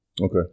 Okay